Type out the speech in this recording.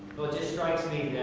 well, it just strikes me